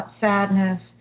sadness